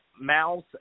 Mouse